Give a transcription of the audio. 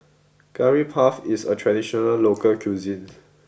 Curry Puff is a traditional local cuisine